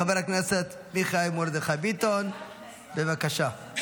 חבר הכנסת מיכאל מרדכי ביטון, בבקשה.